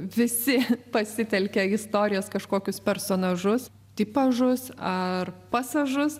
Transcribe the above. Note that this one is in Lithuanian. visi pasitelkia istorijos kažkokius personažus tipažus ar pasažus